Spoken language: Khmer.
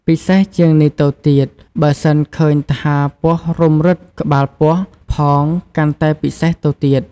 ពិសេសជាងនេះទៅទៀត បើសិនឃើញថាពស់រុំរឹតក្បាលពោះផងកាន់តែពិសេសទៅទៀត។